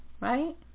right